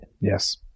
Yes